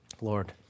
Lord